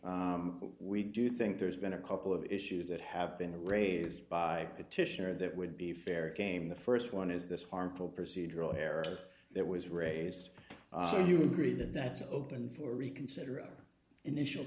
we do think there's been a couple of issues that have been raised by petitioner that would be fair game the st one is this harmful procedural error that was raised so you agree that that's open for reconsider initial